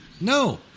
No